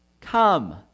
Come